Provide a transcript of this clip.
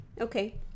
okay